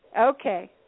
Okay